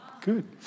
good